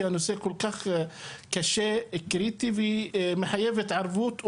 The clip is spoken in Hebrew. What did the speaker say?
כי הנושא כל כך קשה, קריטי ומחייב התערבות מיידית,